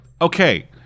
Okay